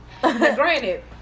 granted